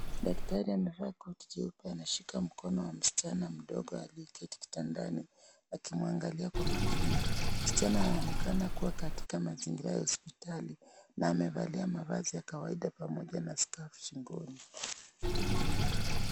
Daktari amevaa koti cheupe anashika mkono wa msichana mdogo aliyeketi kitandani akimwangalia kwa makini, msichana anaonekana kuwa katika mazingira ya hospitali na amevalia mavazi ya kawaida pamoja na scarf shingoni.